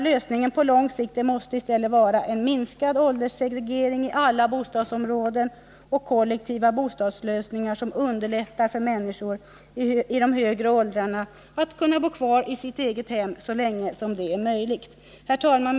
Lösningen på lång sikt måste i stället vara en minskad ålderssegregering i alla bostadsområden och kollektiva bostadslösningar, som underlättar för människor i de högre åldrarna att kunna bo kvar i sitt eget hem så länge detär Nr 121 möjligt. Onsdagen den Herr talman!